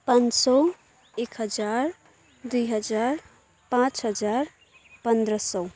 पाँच सौ एक हजार दुई हजार पाँच हजार पन्ध्र सौ